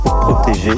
protéger